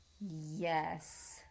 yes